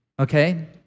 okay